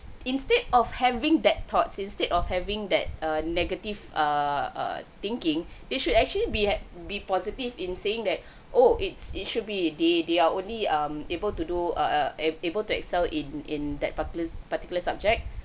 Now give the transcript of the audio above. instead of having that thoughts instead of having that a negative err thinking they should actually be be positive in saying that oh it's it should be they they are only um able to do err err able to excel in in that particular particular subject